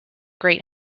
great